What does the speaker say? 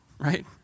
right